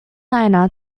niner